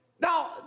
Now